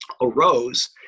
arose